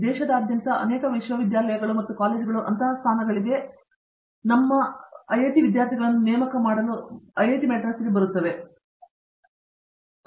ಮತ್ತು ದೇಶದಾದ್ಯಂತದ ಅನೇಕ ವಿಶ್ವವಿದ್ಯಾಲಯಗಳು ಮತ್ತು ಕಾಲೇಜುಗಳು ಅಂತಹ ಸ್ಥಾನಗಳಿಗೆ ನಮ್ಮ ವಿದ್ಯಾರ್ಥಿಗಳನ್ನು ನೇಮಕ ಮಾಡಲು ಐಐಟಿ ಮದ್ರಾಸ್ಗೆ ಬಂದಿವೆ